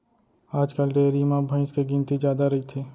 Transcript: आजकाल डेयरी म भईंस के गिनती जादा रइथे